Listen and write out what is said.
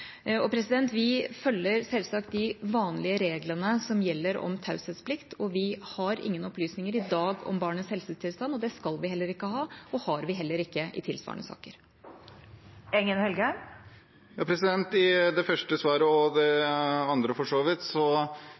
Vi følger selvsagt de vanlige reglene som gjelder om taushetsplikt. Vi har ingen opplysninger i dag om barnets helsetilstand, det skal vi heller ikke ha, og det har vi heller ikke i tilsvarende saker. Det blir oppfølgingsspørsmål – først Jon Engen-Helgheim. I det første svaret, og for så vidt også i det andre,